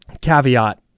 caveat